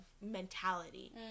mentality